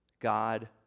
God